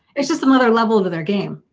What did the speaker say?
it's just another level of their game.